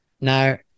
Now